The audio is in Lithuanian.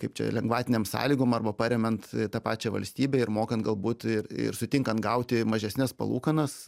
kaip čia lengvatinėm sąlygom arba paremiant tą pačią valstybę ir mokant galbūt ir ir sutinkant gauti mažesnes palūkanas